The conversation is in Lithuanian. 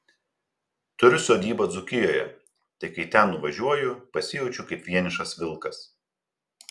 turiu sodybą dzūkijoje tai kai ten nuvažiuoju pasijaučiu kaip vienišas vilkas